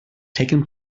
taken